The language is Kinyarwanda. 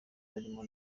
barimo